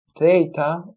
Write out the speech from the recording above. data